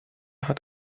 hat